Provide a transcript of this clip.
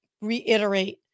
reiterate